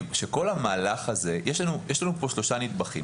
יש שלושה נדבכים